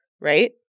right